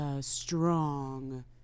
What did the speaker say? strong